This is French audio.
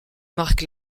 marque